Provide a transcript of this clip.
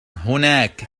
هناك